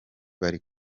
bari